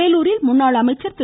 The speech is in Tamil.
வேலூரில் முன்னாள் அமைச்சர் திரு